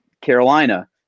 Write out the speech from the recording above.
Carolina